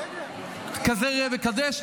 כזה ראה וקדש.